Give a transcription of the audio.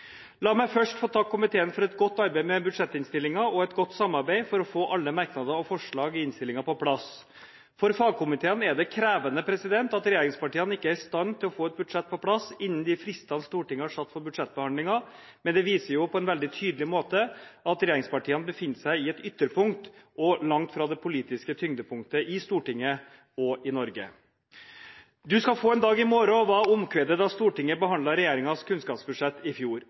La meg først få takke komiteen for et godt arbeid med budsjettinnstillingen og et godt samarbeid for å få alle merknader og forslag i innstillingen på plass. For fagkomiteene er det krevende at regjeringspartiene ikke er i stand til å få et budsjett på plass innen de fristene Stortinget har satt for budsjettbehandlingen, men det viser på en veldig tydelig måte at regjeringspartiene befinner seg i et ytterpunkt – og langt fra det politiske tyngdepunktet i Stortinget og i Norge. «Du skal få en dag i måra» var omkvedet da Stortinget behandlet regjeringens kunnskapsbudsjett i fjor.